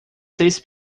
seis